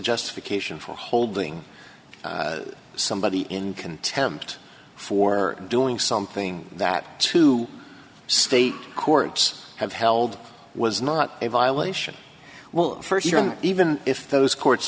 justification for holding somebody in contempt for doing something that two state courts have held was not a violation well first term even if those courts